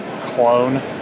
clone